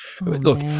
look